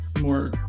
more